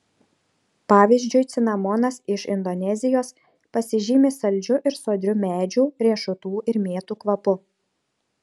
pavyzdžiui cinamonas iš indonezijos pasižymi saldžiu ir sodriu medžių riešutų ir mėtų kvapu